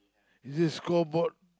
is it scoreboard